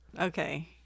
Okay